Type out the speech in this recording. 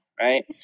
right